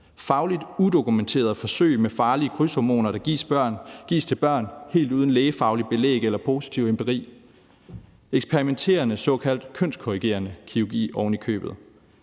fagligt udokumenterede forsøg med farlige krydshormoner, der gives til børn helt uden lægefagligt belæg eller positiv empiri, og ovenikøbet kønskorrigerende kirurgi. Tænk, at